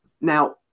Now